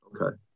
Okay